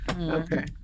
Okay